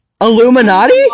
Illuminati